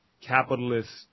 capitalist